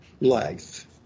life